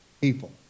people